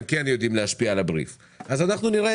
כי אם לא נחשפתם אליו עם הפרסום אז לא